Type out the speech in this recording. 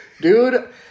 dude